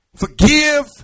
Forgive